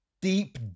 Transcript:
deep